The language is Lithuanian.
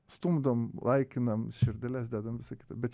stumdom laikinam širdeles dedam visa kita bet